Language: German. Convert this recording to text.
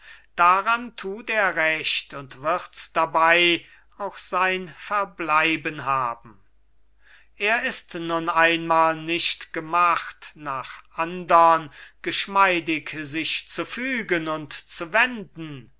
daran tut er recht und wirds dabei auch sein verbleiben haben er ist nun einmal nicht gemacht nach andern geschmeidig sich zu fügen und zu wenden